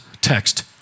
text